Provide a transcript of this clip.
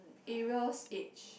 Ariel's age